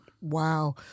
Wow